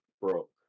broke